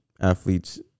athletes